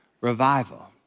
revival